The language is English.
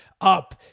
up